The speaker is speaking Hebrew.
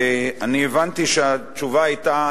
ואני הבנתי שהתשובה היתה,